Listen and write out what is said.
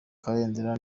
kabendera